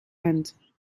end